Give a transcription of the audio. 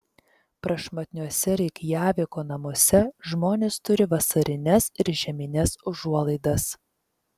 prašmatniuose reikjaviko namuose žmonės turi vasarines ir žiemines užuolaidas